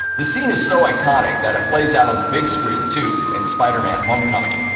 the scene is so iconic that it plays out on the big screen too, in spider-man homecoming.